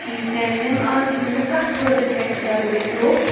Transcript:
ٹھیٖک ma'am ma'am آز کَتھ بٲتس پٮ۪ٹھ کَرو أسۍ روٛف